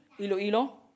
Iloilo